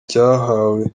cyahawe